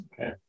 Okay